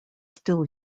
still